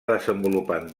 desenvolupant